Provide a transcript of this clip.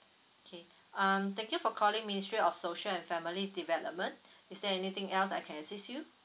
okay um thank you for calling ministry of social and family development is there anything else I can assist you